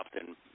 often